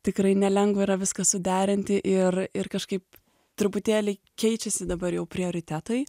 tikrai nelengva yra viską suderinti ir ir kažkaip truputėlį keičiasi dabar jau prioritetai